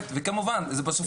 אלא כמו שרנית